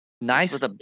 nice